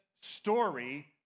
story